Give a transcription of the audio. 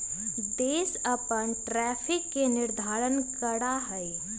देश अपन टैरिफ के निर्धारण करा हई